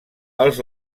els